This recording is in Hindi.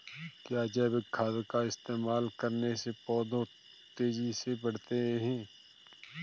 क्या जैविक खाद का इस्तेमाल करने से पौधे तेजी से बढ़ते हैं?